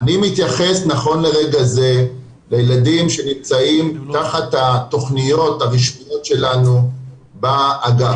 אני מתייחס נכון לרגע זה לילדים שנמצאים תחת התכניות הרשמיות שלנו באגף.